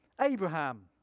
Abraham